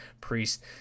Priest